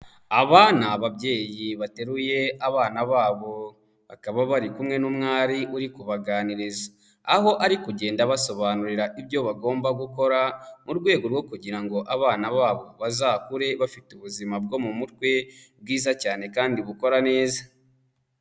Aba ni ababyeyi bateruye abana babo, bakaba bari kumwe n'umwari uri kubaganiriza, aho ari kugenda abasobanurira ibyo bagomba gukora mu rwego rwo kugira ngo abana babo bazakure bafite ubuzima bwo mu mutwe bwiza cyane kandi bukora neza.